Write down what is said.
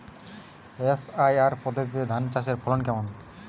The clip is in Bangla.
এস.আর.আই পদ্ধতিতে ধান চাষের ফলন কেমন?